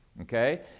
Okay